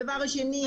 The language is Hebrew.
הדבר השני,